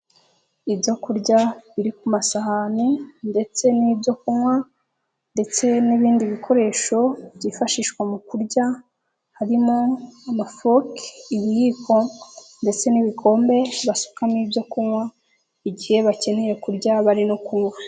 Ibyokurya biri ku masahani ndetse n'ibyo kunywa ndetse n'ibindi bikoresho byifashishwa mu kurya, harimo amafoke, ibiyiko ndetse n'ibikombe, basukamo ibyo kunywa igihe bakeneye kurya bari no kunywa.